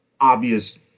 obvious